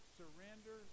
surrender